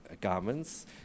garments